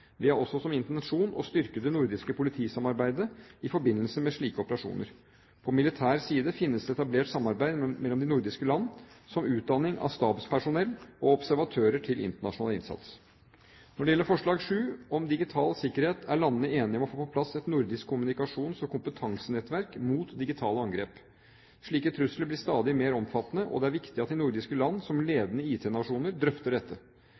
Vi har også som intensjon å styrke det nordiske politisamarbeidet i forbindelse med slike operasjoner. På militær side finnes det et etablert samarbeid mellom de nordiske land om utdanning av stabspersonell og observatører til internasjonal innsats. Når det gjelder forslag 7, om digital sikkerhet, er landene enige om å få på plass et nordisk kommunikasjons- og kompetansenettverk mot digitale angrep. Slike trusler blir stadig mer omfattende, og det er viktig at de nordiske land, som ledende IT-nasjoner, drøfter dette.